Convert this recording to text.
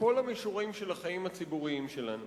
בכל המישורים של החיים הציבוריים שלנו.